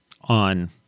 on